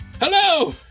Hello